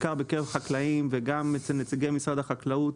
בעיקר בקרב חקלאים וגם אצל נציגי משרד החקלאות